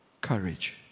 courage